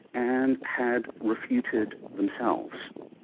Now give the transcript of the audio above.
and had refuted themselves.